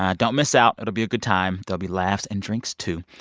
um don't miss out. it'll be a good time. there'll be laughs, and drinks, too.